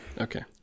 Okay